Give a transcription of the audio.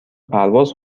پرواز